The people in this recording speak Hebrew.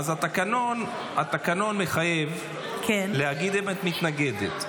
אז התקנון מחייב להגיד אם את מתנגדת.